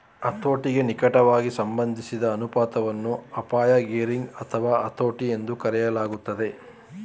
ಹತೋಟಿಗೆ ನಿಕಟವಾಗಿ ಸಂಬಂಧಿಸಿದ ಅನುಪಾತವನ್ನ ಅಪಾಯ ಗೇರಿಂಗ್ ಅಥವಾ ಹತೋಟಿ ಎಂದೂ ಕರೆಯಲಾಗುತ್ತೆ